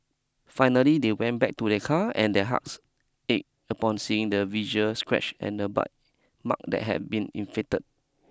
finally they went back to their car and their hearts ached upon seeing the visual scratch and the bite mark that had been inflicted